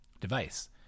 Device